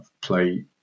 play